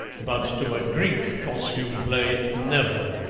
but to a greek-costume play, never.